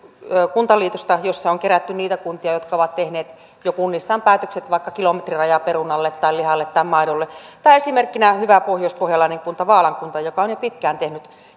kuntaliiton verkkosivut jossa on kerätty niitä kuntia jotka ovat tehneet jo kunnissaan päätökset vaikka kilometrirajan perunalle tai lihalle tai maidolle tai esimerkkinä on hyvä pohjoispohjalainen kunta vaalan kunta joka on jo pitkään tehnyt